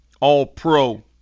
All-Pro